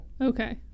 Okay